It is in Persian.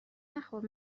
نخور